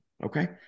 Okay